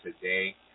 today